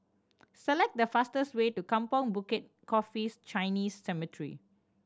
select the fastest way to Kampong Bukit Coffee Chinese Cemetery